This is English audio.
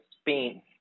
Spain